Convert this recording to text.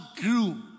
grew